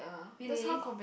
really